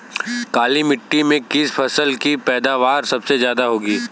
काली मिट्टी में किस फसल की पैदावार सबसे ज्यादा होगी?